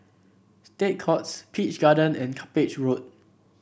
State Courts Peach Garden and Cuppage Road